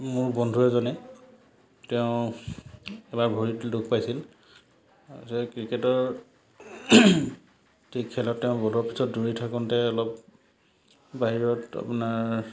মোৰ বন্ধু এজনে তেওঁ এবাৰ ভৰিত দুখ পাইছিলে ক্ৰিকেটৰ ঠিক খেলত তেওঁ বলৰ পিছত দৌৰি থাকোঁতে অলপ বাহিৰত আপোনাৰ